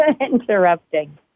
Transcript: interrupting